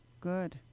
good